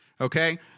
Okay